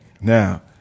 Now